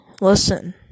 listen